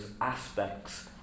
aspects